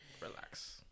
Relax